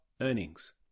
Earnings